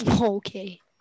Okay